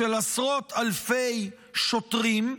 של עשרות אלפי שוטרים,